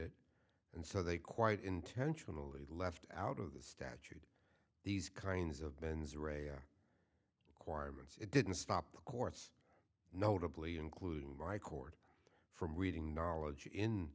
it and so they quite intentionally left out of the statute these kinds of bens are a requirement it didn't stop the courts notably including my court from reading knowledge in